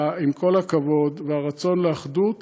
עם כל הכבוד והרצון לאחדות,